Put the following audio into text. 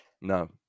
No